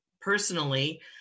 personally